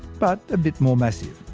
but a bit more massive.